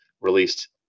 released